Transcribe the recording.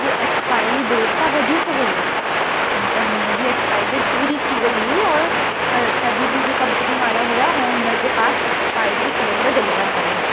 उहो expiry date सां वधीक हुओ मतलबु हुनजी एक्स्पायरी डेट पूरी थी वेई हुई और त तॾहिं बि जो कंपनी वारा हुआ उहो हुनजे पास एक्स्पायरी सिलैंडर डिलिवर करे